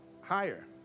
higher